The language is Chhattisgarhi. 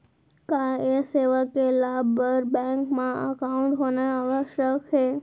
का ये सेवा के लाभ बर बैंक मा एकाउंट होना आवश्यक हे